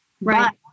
right